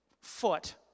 foot